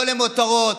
לא למותרות,